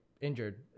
injured